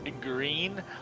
green